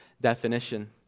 definition